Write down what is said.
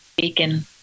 Beacon